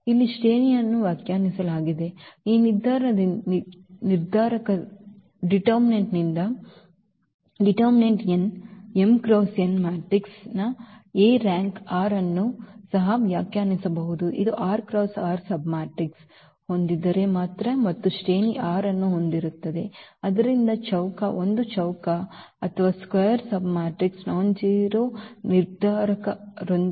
ಇಲ್ಲಿ ಶ್ರೇಣಿಯನ್ನು ವ್ಯಾಖ್ಯಾನಿಸಲಾಗಿದೆ ಈ ನಿರ್ಧಾರಕದಿಂದ n m × n matrix A rank r ಅನ್ನು ಸಹ ವ್ಯಾಖ್ಯಾನಿಸಬಹುದು ಇದು r × r ಸಬ್ಮ್ಯಾಟ್ರಿಕ್ಸ್ ಹೊಂದಿದ್ದರೆ ಮಾತ್ರ ಮತ್ತು ಶ್ರೇಣಿ r ಅನ್ನು ಹೊಂದಿರುತ್ತದೆ ಆದ್ದರಿಂದ ಚೌಕ ಒಂದು ಚೌಕವು ಸಬ್ಮ್ಯಾಟ್ರಿಕ್ಸ್ ನಾನ್ಜೆರೋ ನಿರ್ಧಾರಕದೊಂದಿಗೆ